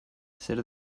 zer